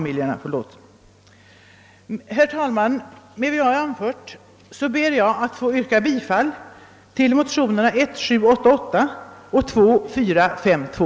Med hänvisning till vad jag anfört ber jag att få yrka bifall till motionsparet I: 788 och II: 452.